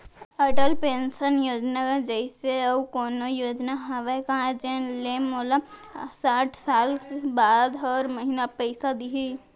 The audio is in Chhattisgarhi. अटल पेंशन योजना जइसे अऊ कोनो योजना हावे का जेन ले मोला साठ साल बाद हर महीना पइसा दिही?